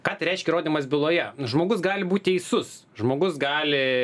ką tai reiškia įrodymas byloje žmogus gali būti teisus žmogus gali